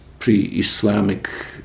pre-Islamic